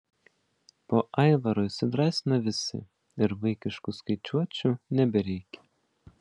po aivaro įsidrąsina visi ir vaikiškų skaičiuočių nebereikia